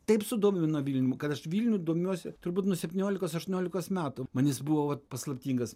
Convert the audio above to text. taip sudomino vilnium kad aš vilnium domiuosi turbūt nuo septyniolikos aštuoniolikos metų man jis buvo vat paslaptingas